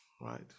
right